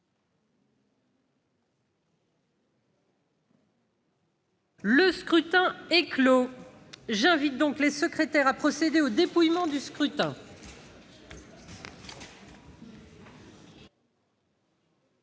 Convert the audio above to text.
Le scrutin est clos. J'invite Mmes et MM. les secrétaires à procéder au dépouillement du scrutin.